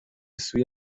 سوی